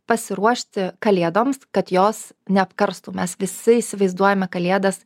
pasiruošti kalėdoms kad jos neapkarstų mes visi įsivaizduojame kalėdas